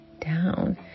down